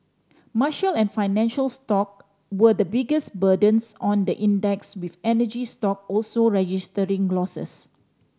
and financial stock were the biggest burdens on the index with energy stock also registering losses